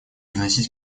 вносить